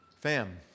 Fam